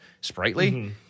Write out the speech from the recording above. Sprightly